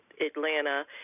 Atlanta